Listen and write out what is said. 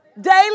Daily